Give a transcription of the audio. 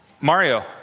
Mario